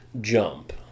jump